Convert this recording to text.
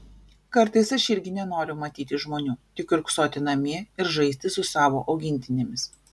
kartais aš irgi nenoriu matyti žmonių tik kiurksoti namie ir žaisti su savo augintinėmis